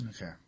Okay